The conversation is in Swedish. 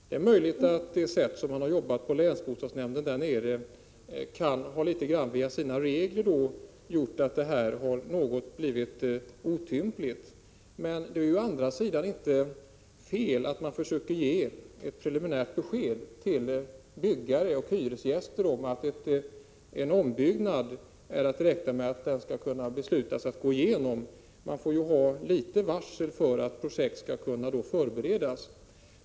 Det är möjligt att de regler som länsbostadsnämnden har arbetat efter har gjort att det hela blivit otympligt. Men å andra sidan är det inte fel att försöka ge ett preliminärt besked till byggare och hyresgäster om att en ombyggnad beräknas kunna gå igenom. Det är nödvändigt med litet varsel för att projektet skall kunna förberedas.